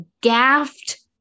gaffed